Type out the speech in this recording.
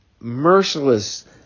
merciless